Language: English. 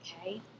okay